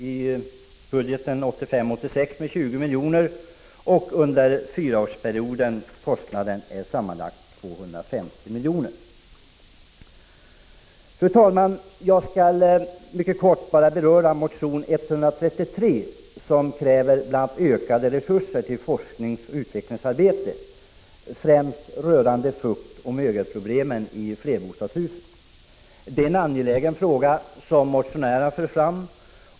I budgeten för 1985/86 beräknas kostnaden till 20 milj.kr. och under fyraårsperioden blir kostnaden sammanlagt 250 miljoner. Fru talman! Jag skall bara mycket kort beröra motion 133, som kräver ökade resurser till forskningsoch utvecklingsarbete, främst rörande fuktoch mögelproblem i flerbostadshusen. Det är en angelägen fråga som motionärerna för fram.